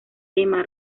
emma